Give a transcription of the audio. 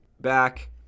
back